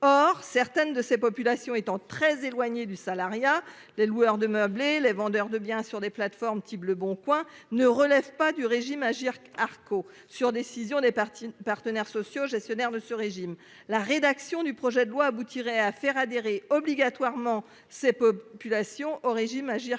Or, certaines de ces populations étant très éloigné du salariat. Les loueurs de meublés, les vendeurs de biens sur des plateformes type Le Bon Coin ne relèvent pas du régime Agirc Arrco sur décision des partis partenaires sociaux gestionnaires de ce régime. La rédaction du projet de loi aboutirait à faire adhérer obligatoirement ces populations aux régimes Agirc-Arrco.